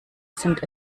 sind